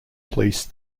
police